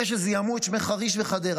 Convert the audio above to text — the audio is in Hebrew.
אלה שזיהמו את שמי חריש וחדרה,